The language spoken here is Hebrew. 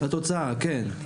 התוצאה, כן.